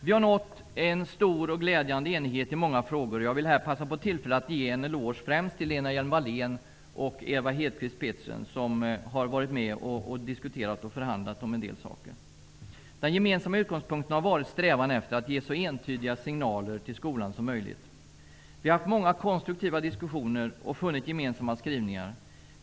Vi har nått en stor och glädjande enighet i många frågor och jag vill här passa på tillfället att ge en eloge, främst till Lena Hjelm-Wallén och Ewa Hedkvist Petersen, som har varit med och diskuterat och förhandlat om en del saker. Den gemensamma utgångspunkten har varit strävan efter att ge så entydiga signaler till skolan som möjligt. Vi har haft många konstruktiva diskussioner och funnit gemensamma skrivningar.